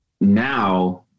now